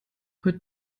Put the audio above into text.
heute